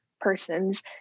persons